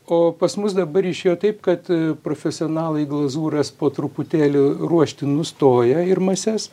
o pas mus dabar išėjo taip kad profesionalai glazūras po truputėlį ruošti nustoja ir mases